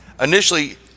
initially